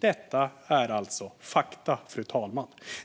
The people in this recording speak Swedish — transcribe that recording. Detta är alltså fakta, fru talman.